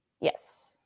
Yes